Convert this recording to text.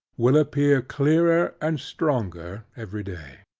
will appear clearer and stronger every day.